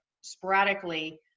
sporadically